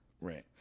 Right